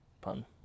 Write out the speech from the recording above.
pun